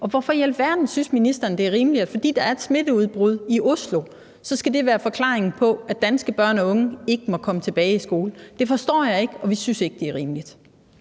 Hvorfor i alverden synes ministeren, det er rimeligt, at fordi der er et smitteudbrud i Oslo, skal det være forklaringen på, at danske børn og unge ikke må komme tilbage i skole? Det forstår jeg ikke, og vi synes ikke, det er rimeligt.